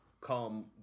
come